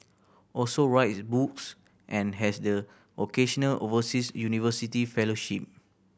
also writes books and has the occasional overseas university fellowship